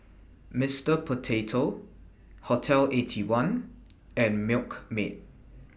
Mister Potato Hotel Eighty One and Milkmaid